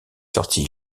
sorti